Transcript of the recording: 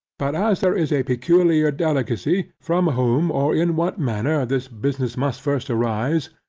but as there is a peculiar delicacy, from whom, or in what manner, this business must first arise,